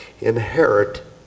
inherit